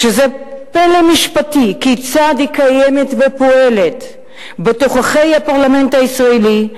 שזה פלא משפטי כיצד היא קיימת ופועלת בתוככי הפרלמנט הישראלי,